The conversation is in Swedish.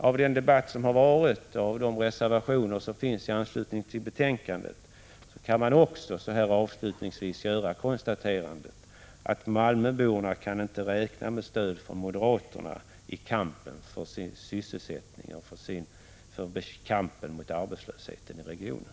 Av den debatt som har förts och de reservationer som fogats vid betänkandet står det dock klart att malmöborna inte kan räkna med stöd från moderaterna i kampen för sin sysselsättning och i kampen mot arbetslösheten i regionen.